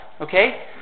okay